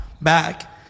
back